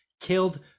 killed